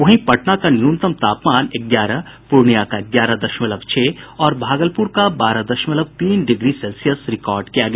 वहीं पटना का न्यूनतम तापमान ग्यारह पूर्णिया का ग्यारह दशमलव छह और भागलपुर का बारह दशमलव तीन डिग्री सेल्सियस रिकॉर्ड किया गया